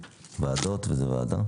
אנחנו מדברים על ועדה ועל ועדות?